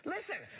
Listen